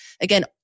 Again